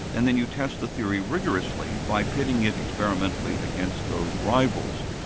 and then you test the theory rigorously, by pitting it experimentally against those rivals.